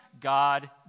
God